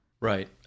Right